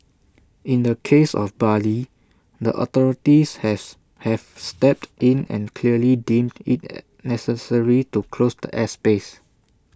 in the case of Bali the authorities has have stepped in and clearly deemed IT necessary to close the airspace